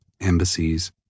embassies